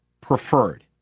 preferred